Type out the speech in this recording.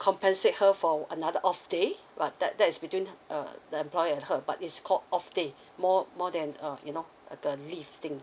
compensate her for another off day well that that is between uh the employer and her but is called off day more more than uh you know like a leave thing